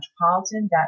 metropolitan